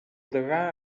degà